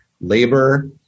labor